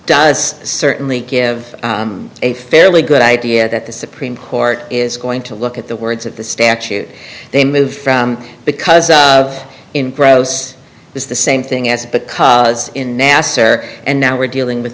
does certainly give a fairly good idea that the supreme court is going to look at the words of the statute they move because of in prose is the same thing as because in nasser and now we're dealing with